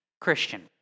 Christian